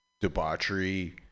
debauchery